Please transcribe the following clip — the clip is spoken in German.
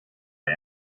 der